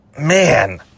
Man